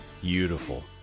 Beautiful